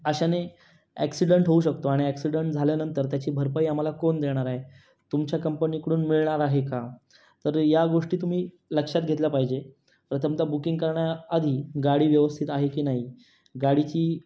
अशाने ॲक्सिडंट होऊ शकतो आणि ॲक्सिडंट झाल्यानंतर त्याची भरपाई आम्हाला कोण देणार आहे तुमच्या कंपनीकडून मिळणार आहे का तरी या गोष्टी तुम्ही लक्षात घेतल्या पाहिजे प्रथमत बुकिंग करण्याआधी गाडी व्यवस्थित आहे की नाही गाडीची